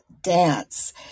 dance